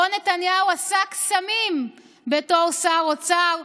שבו נתניהו עשה קסמים בתור שר אוצר,